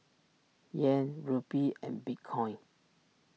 Yen Rupee and Bitcoin